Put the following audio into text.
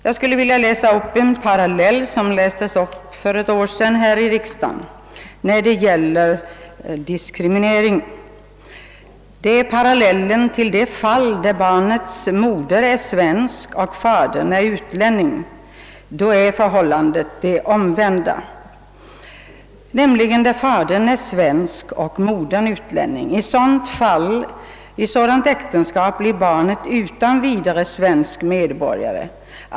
Jag vill citera ur ett anförande här i riksdagen under förra året: »Vid parallellen till det fall där barnets moder är svensk och fadern är utlänning är förhållandet det omvända: nämligen där fadern är svensk och modern utlänning. I ett sådant äktenskap blir barnet utan vidare svensk medborgare.